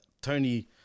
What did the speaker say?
Tony